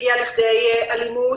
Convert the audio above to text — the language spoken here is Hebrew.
הגיע לכדי אלימות,